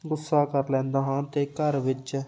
ਗੁੱਸਾ ਕਰ ਲੈਂਦਾ ਹਾਂ ਅਤੇ ਘਰ ਵਿੱਚ